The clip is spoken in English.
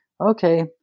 okay